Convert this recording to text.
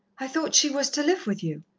i thought she was to live with you?